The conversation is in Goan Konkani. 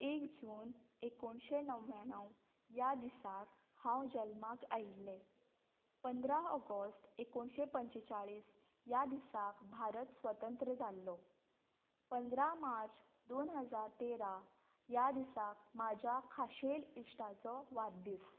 एक जून एकोणशे णव्याण्णव ह्या दिसा हांव जल्माक आयिल्लें पंदरा ऑगस्ट एकोणशे पंचेचाळीस ह्या दिसाक भारत स्वतंत्र जाल्लो पंदरा मार्च दोन हजार तेरा ह्या दिसा म्हज्या खाशेल इश्टाचो वाडदीस